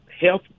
health